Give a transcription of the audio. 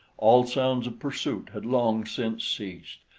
all sounds of pursuit had long since ceased,